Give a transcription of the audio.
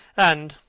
and,